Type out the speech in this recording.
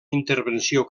intervenció